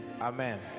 Amen